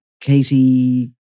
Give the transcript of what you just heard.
Katie